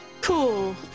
Cool